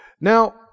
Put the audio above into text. Now